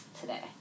today